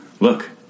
Look